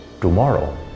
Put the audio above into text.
tomorrow